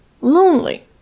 lonely